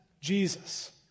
Jesus